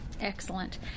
Excellent